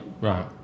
Right